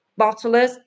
bottlers